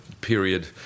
period